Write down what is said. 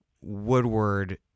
Woodward